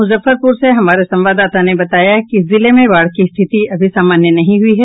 मुजफ्फरपुर से हमारे संवाददाता ने बताया कि जिले में बाढ़ की स्थिति अभी सामान्य नहीं हुई है